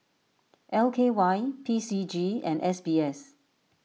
L K Y P C G and S B S